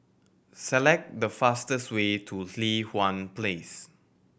select the fastest way to Li Hwan Place